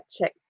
check